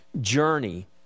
journey